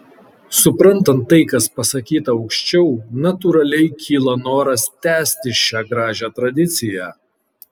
suprantant tai kas pasakyta aukščiau natūraliai kyla noras tęsti šią gražią tradiciją